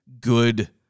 good